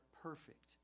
perfect